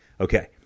Okay